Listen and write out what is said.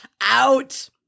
Out